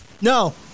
No